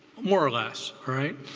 more or less, right?